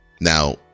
Now